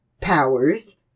powers